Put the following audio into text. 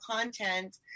content